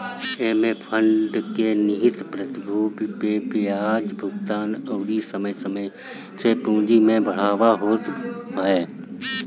एमे फंड में निहित प्रतिभूति पे बियाज भुगतान अउरी समय समय से पूंजी में बढ़ावा भी होत ह